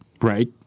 Right